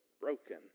broken